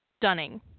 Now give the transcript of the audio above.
stunning